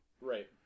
Right